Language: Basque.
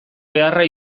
beharra